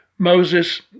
Moses